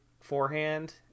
forehand